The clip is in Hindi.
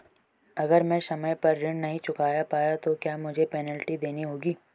अगर मैं समय पर ऋण नहीं चुका पाया तो क्या मुझे पेनल्टी देनी होगी?